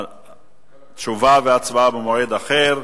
תשובה והצבעה במועד אחר.